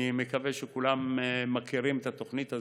אני מקווה שכולם מכירים את התוכנית הזאת,